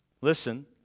listen